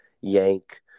Yank